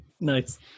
Nice